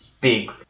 big